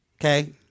Okay